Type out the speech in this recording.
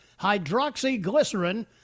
hydroxyglycerin